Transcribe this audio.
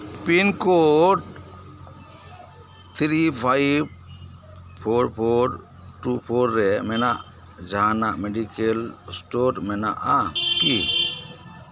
pincode three five four four two four ᱨᱮ ᱢᱮᱱᱟᱜ ᱡᱟᱦᱟᱱᱟᱜ ᱢᱮᱰᱤᱠᱮᱞ ᱥᱴᱳᱨ ᱢᱮᱱᱟᱜᱼᱟ ᱠᱤ